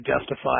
justify